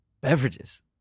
Beverages